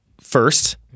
first